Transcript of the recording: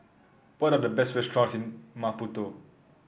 what are the best restaurants in Maputo